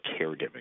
caregiving